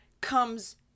comes